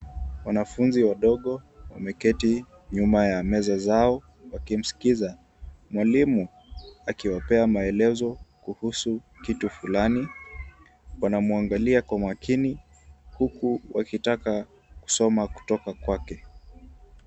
Wanafunzi wadogo wameketi nyuma ya meza zao wakimskiza mwalimu akiwapea maelezo kuhusu kitu fulani. Wanamuangalia kwa umakini huku wakitaka kusoma kutoka kwake.